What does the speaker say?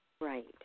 right